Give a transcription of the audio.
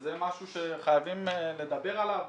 שזה משהו שחייבים לדבר עליו.